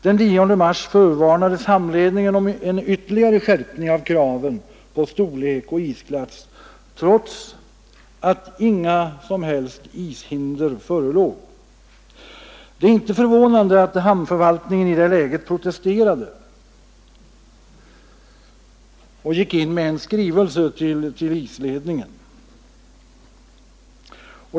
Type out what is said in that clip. Den 10 mars förvarnades hamnledningen om en ytterligare skärpning av kraven på storlek och isklass trots att inga som helst ishinder förelåg. Det är inte förvånande att hamnförvaltningen i det läget protesterade och gick in med en skrivelse till isbrytarledningen.